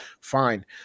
fine